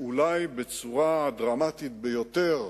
אולי בצורה דרמטית ביותר,